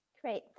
Great